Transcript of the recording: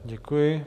Děkuji.